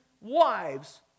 wives